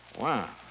Wow